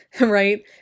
right